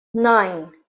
nine